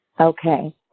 Okay